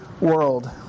world